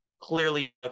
clearly